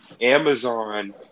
Amazon